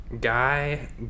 guy